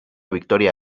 victoria